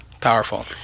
Powerful